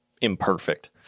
imperfect